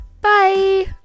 Bye